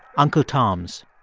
uncle toms.